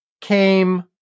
came